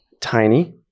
tiny